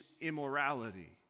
immorality